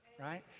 right